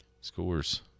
Scores